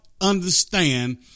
understand